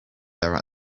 there